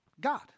God